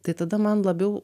tai tada man labiau